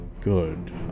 good